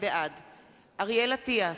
בעד אריאל אטיאס,